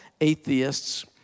atheists